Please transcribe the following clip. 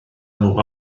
nhw